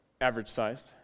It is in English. average-sized